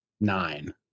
nine